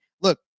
look